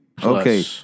Okay